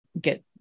get